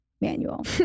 manual